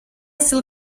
still